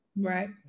Right